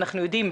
אנחנו יודעים,